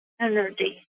energy